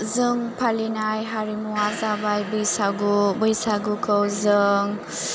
जों फालिनाय हारिमुवा जाबाय बैसागु बैसागुखौ जों